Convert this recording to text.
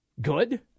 good